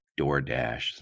DoorDash